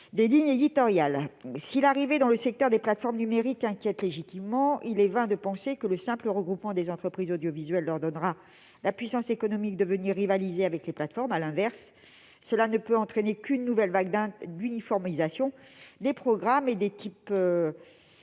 des lignes éditoriales. Si l'arrivée des plateformes numériques inquiète légitimement, il est vain de penser que le simple regroupement des entreprises audiovisuelles leur donnera la puissance économique de venir rivaliser avec elles. Cela ne pourra qu'entraîner une nouvelle vague d'uniformisation des programmes et des lignes